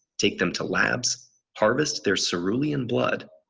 take them to labs harvest their cerulean blood,